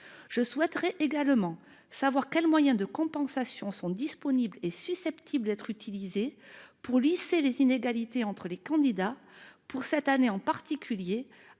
Je souhaite également savoir quels moyens de compensation sont disponibles et susceptibles d'être utilisés pour lisser les inégalités entre les candidats, en particulier